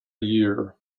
year